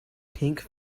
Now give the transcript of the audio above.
pink